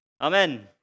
Amen